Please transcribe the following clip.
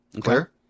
Clear